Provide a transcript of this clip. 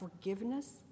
forgiveness